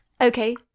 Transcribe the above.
Okay